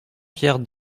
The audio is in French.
pierre